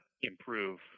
improve